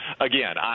Again